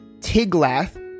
Tiglath